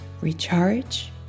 Recharge